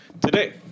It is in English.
today